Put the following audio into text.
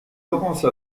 laurence